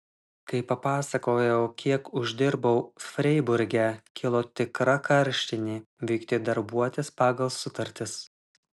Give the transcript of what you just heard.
kai papasakojau kiek uždirbau freiburge kilo tikra karštinė vykti darbuotis pagal sutartis